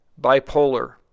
bipolar